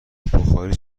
بخاری